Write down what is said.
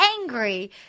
angry